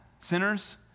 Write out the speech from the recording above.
sinners